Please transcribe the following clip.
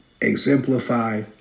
exemplify